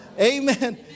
Amen